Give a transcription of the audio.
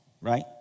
right